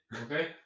Okay